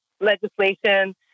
legislation